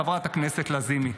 חברת הכנסת לזימי.